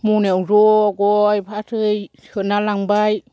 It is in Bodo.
मनायाव ज' गय फाथै सोना लांबाय